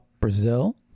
Brazil